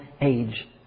age